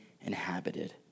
inhabited